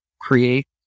create